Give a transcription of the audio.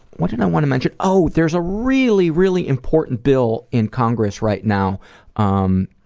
what did i want to mention? oh, there's a really, really important bill in congress right now um